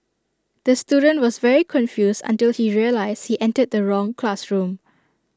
the student was very confused until he realised he entered the wrong classroom